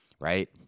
right